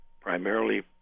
primarily